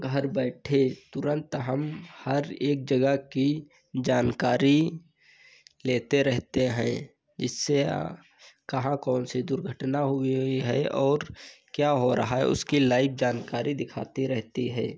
घर बैठे तुरन्त हम हर एक जगह की जानकारी लेते रहते हैं इससे कहाँ कौन सी दुर्घटना हुई है और क्या हो रहा है उसकी लाइव जानकारी दिखाती रहती है